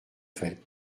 faites